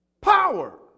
Power